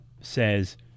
says